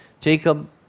Jacob